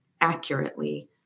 accurately